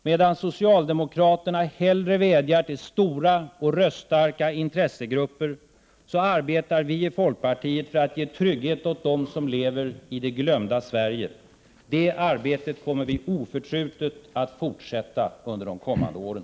Medan socialdemokraterna hellre vädjar till stora och röststarka intressegrupper arbetar vi i folkpartiet för att ge trygghet åt dem som lever i det glömda Sverige. Det arbetet kommer vi oförtrutet att fortsätta under de kommande åren.